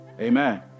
Amen